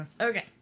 Okay